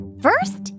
First